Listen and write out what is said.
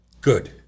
good